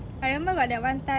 I remember got that one time